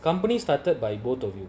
company started by both of you